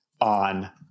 on